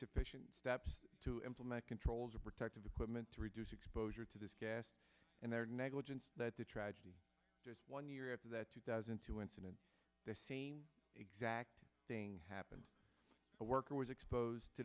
sufficient steps to implement controls of protective equipment to reduce exposure to this gas and their negligence that the tragedy just one year after that two thousand and two incident the same exact thing happened a worker was exposed to